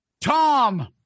Tom